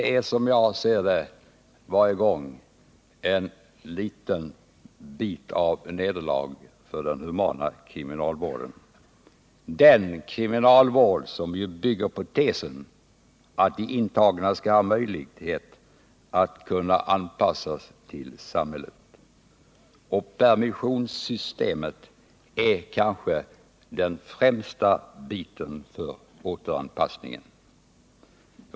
Varje gång detta sker är det, som jag ser det, något av ett nederlag för den humana kriminalvården —den kriminalvård som ju bygger på tesen att de intagna skall ha möjlighet att kunna anpassas till samhället. Permissionssystemet är ju det kanske främsta inslaget i strävandena till återanpassning.